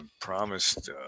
promised